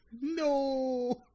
No